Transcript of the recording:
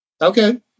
Okay